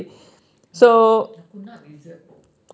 I don't like lizard